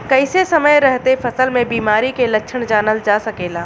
कइसे समय रहते फसल में बिमारी के लक्षण जानल जा सकेला?